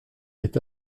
est